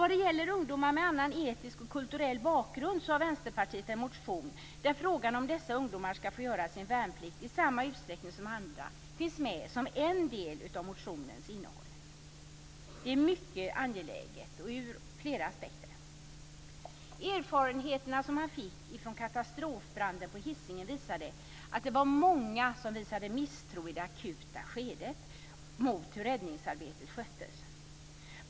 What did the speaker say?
När det gäller ungdomar med annan etnisk och kulturell bakgrund har Vänsterpartiet en motion där frågan om dessa ungdomar ska få göra sin värnplikt i samma utsträckning som andra finns med som en del av innehållet i motionen. Detta är mycket angeläget ur flera aspekter. Vid katastrofbranden på Hisingen var det många som visade misstro mot hur räddningsarbetet sköttes i det akuta skedet.